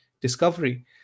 discovery